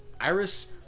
Iris